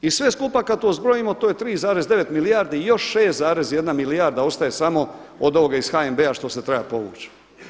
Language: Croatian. I sve skupa kad to zbrojimo to je 3,9 milijardi i još 6,1 milijarda ostaje samo od ovoga iz HNB-a što se treba povući.